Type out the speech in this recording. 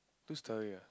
two storey ah